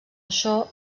això